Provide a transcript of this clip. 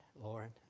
Lord